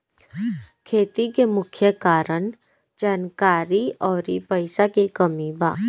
खेती के मुख्य कारन जानकारी अउरी पईसा के कमी बा